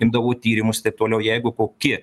imdavo tyrimus taip toliau jeigu koki